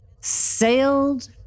Sailed